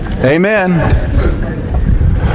Amen